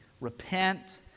Repent